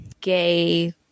gay